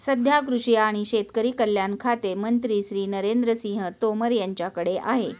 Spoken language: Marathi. सध्या कृषी आणि शेतकरी कल्याण खाते मंत्री श्री नरेंद्र सिंह तोमर यांच्याकडे आहे